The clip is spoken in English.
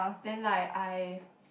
then like I